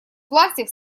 пластик